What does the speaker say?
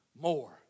more